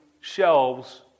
shelves